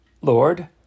Lord